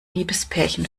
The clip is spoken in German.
liebespärchen